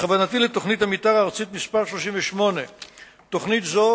וכוונתי לתוכנית המיתאר הארצית מס' 38. תוכנית זו